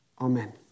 Amen